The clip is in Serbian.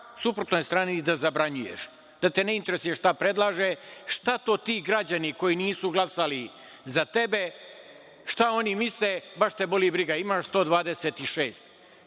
suprotnoj strani i da zabranjuješ, da te ne interesuje šta predlaže, šta to ti građani koji nisu glasali za tebe, šta oni misle, baš te boli briga, imaš 126.